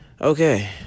okay